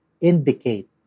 indicate